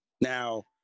Now